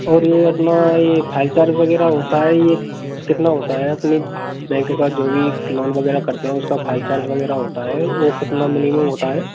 और ये अपना ये फाइल चार्ज वगैरह होता है ये कितना होता है अपनी बैंक का जो भी लोन वगैरह करते हैं उसका फाइल चार्ज वगैरह होता है वो कितना मिनिमम होता है